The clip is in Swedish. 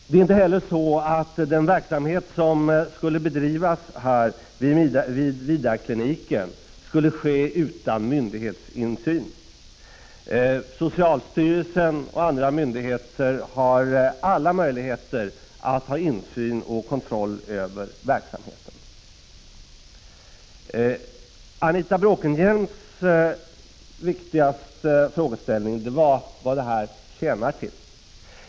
Verksamheten vid Vidarkliniken skall inte heller bedrivas utan myndighetsinsyn. Socialstyrelsen och andra myndigheter har alla möjligheter till insyn i och kontroll över verksamheten. Anita Bråkenhielms viktigaste frågeställning var vad dispensen tjänar till.